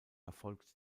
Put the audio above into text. erfolgt